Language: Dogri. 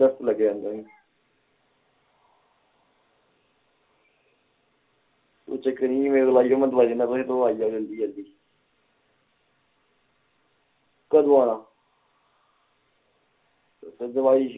लग्गे दा होंदा इयां कोई चक्कर नीं में दवाई दिन्नां तुसेंगी तुस आओ जल्दी जल्दी कदूं आनां ओह्दे बाद च